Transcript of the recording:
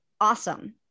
awesome